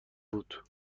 بود